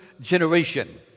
generation